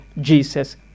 Jesus